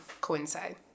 coincide